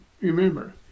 Remember